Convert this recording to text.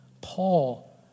Paul